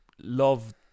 love